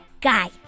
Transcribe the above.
Guy